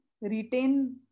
retain